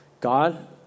God